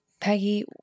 Peggy